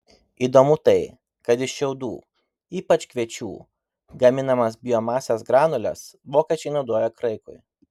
įdomu tai kad iš šiaudų ypač kviečių gaminamas biomasės granules vokiečiai naudoja kraikui